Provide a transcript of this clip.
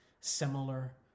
similar